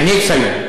ה"ניקס" היו.